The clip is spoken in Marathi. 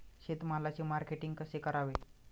शेतमालाचे मार्केटिंग कसे करावे?